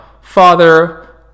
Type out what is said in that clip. Father